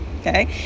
okay